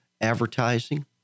advertising